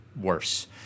worse